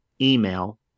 email